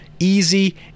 easy